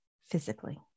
physically